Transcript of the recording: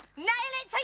night.